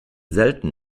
selten